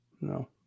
No